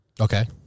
Okay